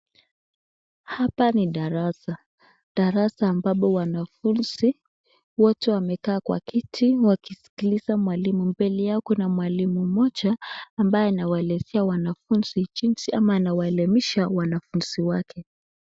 Hapa ni darasa. Darasa ambapo wanafunzi wote wamekaa kwa kiti wakisikiliza mwalimu. Mbele yao kuna mwalimu mmoja ambaye anawaelezea wanafunzi jinsi, ama anawaelimisha wanafunzi wake.